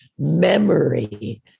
memory